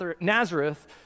Nazareth